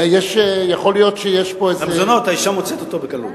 יכול להיות שיש פה איזה למזונות האשה מוצאת אותו בקלות.